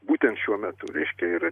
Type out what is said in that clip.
būtent šiuo metu reiškia ir